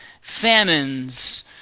famines